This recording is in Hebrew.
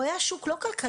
הוא היה שוק לא כלכלי,